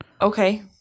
Okay